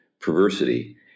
perversity